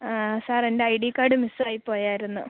ആ സാറെ എൻ്റെ ഐ ഡി കാർഡ് മിസ്സ് ആയി പോയായിരുന്നു